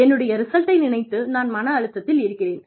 என்னுடைய ரிசல்டை நினைத்து நான் மன அழுத்தத்தில் இருக்கிறேன்